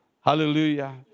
Hallelujah